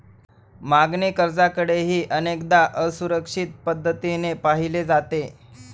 मागणी कर्जाकडेही अनेकदा असुरक्षित पद्धतीने पाहिले जाते